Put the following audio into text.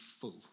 full